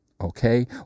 okay